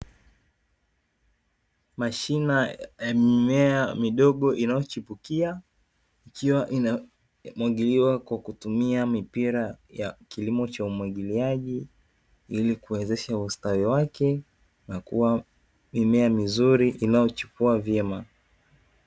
Mashina ya mimea midogo inayochipukia, ikiwa inamwagiliwa kwa kutumia mipira ya kilimo cha umwagiliaji, ili kuwezesha ustawi wake na kuwa mimea mizuri inayochipua vyema.